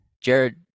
Jared